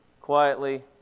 quietly